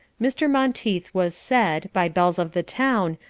mr. monteith was said, by belles of the town,